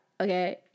okay